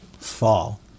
fall